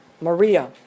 Maria